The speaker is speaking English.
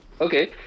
okay